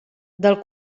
del